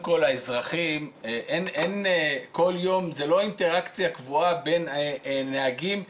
כל יום זה לא אינטראקציה קבועה בין נהגים לאזרחים,